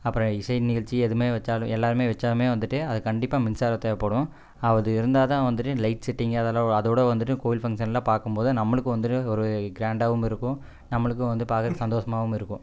அப்புறம் இசை நிகழ்ச்சி எதுவுமே வச்சாலும் எல்லாருமே வச்சாலுமே வந்துட்டு அதுக்கு கண்டிப்பாக மின்சாரம் தேவைப்படும் அது இருந்தால்தான் வந்துட்டு லைட் செட்டிங்கே அதெல்லாம் அதோட வந்துட்டு கோயில் ஃபங்க்ஷன்ல பார்க்கும் போது நம்மளுக்கும் வந்துடும் ஒரு க்ராண்டாவும் இருக்கும் நம்மளுக்கும் வந்து பார்க்குறத்துக்கு சந்தோஷமாவும் இருக்கும்